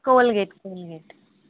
Colgate Colgate